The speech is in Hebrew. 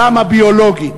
גם הביולוגית,